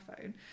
phone